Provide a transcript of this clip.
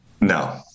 No